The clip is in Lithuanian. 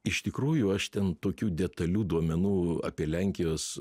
iš tikrųjų aš ten tokių detalių duomenų apie lenkijos